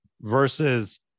Versus